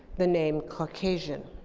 the name caucasian.